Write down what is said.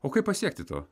o kaip pasiekti to